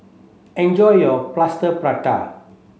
enjoy your plaster prata